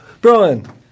Brian